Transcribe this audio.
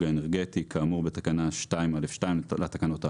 אנרגטי כאמור בתקנה 2(א)(2) לתקנות האמורות,